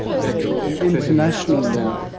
embedded in international law.